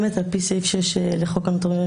על פי סעיף 6 לחוק הנוטריונים,